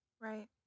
Right